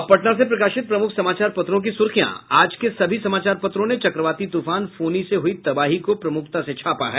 अब पटना से प्रकाशित प्रमुख समाचार पत्रों की सुर्खियां आज के सभी समाचारों पत्रों ने चक्रवाती तुफान फोनी से हुयी तबाही को प्रमुखता से छापा है